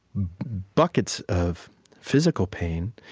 buckets of physical pain,